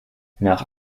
nach